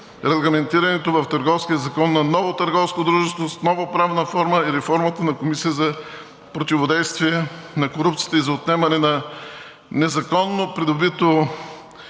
Регламентирането в Търговския закон на ново търговско дружество с нова правна форма е реформата на Комисията за противодействие на корупцията и за отнемане на незаконно придобитото